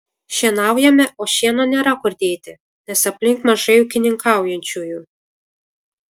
šienaujame o šieno nėra kur dėti nes aplink mažai ūkininkaujančiųjų